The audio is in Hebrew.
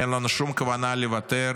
אין לנו שום כוונה לוותר